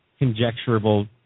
conjecturable